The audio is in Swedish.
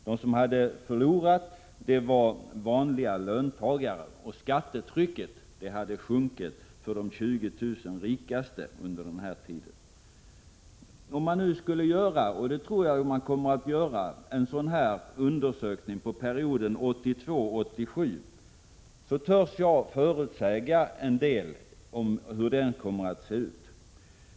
De som hade förlorat var vanliga arbetare, och skattetrycket hade sjunkit för de 20 000 rikaste under den här tiden. Om man skulle göra — och det tror jag att man kommer att göra — en sådan undersökning beträffande perioden 1982-1987 törs jag förutsäga en del om hur den kommer att se ut.